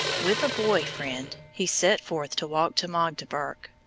with a boy friend he set forth to walk to magdeburg,